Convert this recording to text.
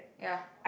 yeah